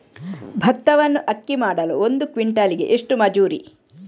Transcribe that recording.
ಭತ್ತವನ್ನು ಅಕ್ಕಿ ಮಾಡಲು ಒಂದು ಕ್ವಿಂಟಾಲಿಗೆ ಎಷ್ಟು ಮಜೂರಿ?